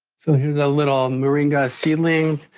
so here's a little moringa seedling.